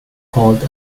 called